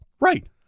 Right